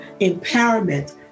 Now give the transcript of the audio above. empowerment